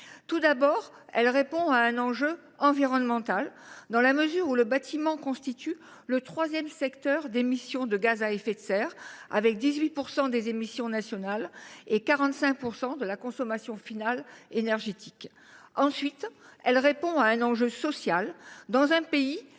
Tout d’abord, elle répond à un enjeu environnemental, dans la mesure où le bâtiment constitue le troisième secteur d’émissions de gaz à effet de serre, avec 18 % des émissions nationales et 45 % de la consommation finale énergétique. Ensuite, elle répond à un enjeu social, dans un pays